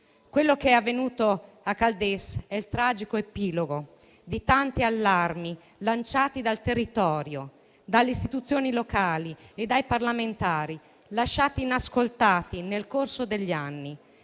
Quello che è avvenuto a Caldes è il tragico epilogo di tanti allarmi lanciati dal territorio, dalle istituzioni locali e dai parlamentari, rimasti inascoltati nel corso degli anni.